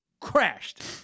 Crashed